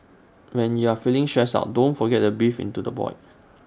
when you are feeling stressed out don't forget to breathe into the void